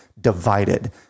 divided